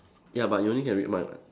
ya but you only can read mine [what]